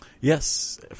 Yes